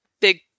big